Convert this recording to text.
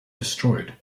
destroyed